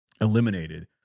eliminated